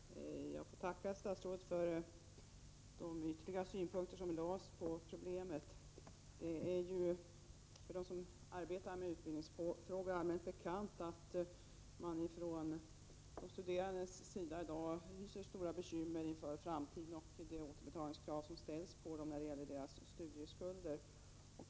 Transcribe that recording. Herr talman! Jag tackar statsrådet för de viktiga synpunkter som lades på problemen. För dem som arbetar med utbildningsfrågor är det allmänt bekant att man från de studerandes sida i dag hyser stora bekymmer inför framtiden och de återbetalningskrav som ställs på dem när det gäller deras studieskulder.